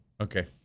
Okay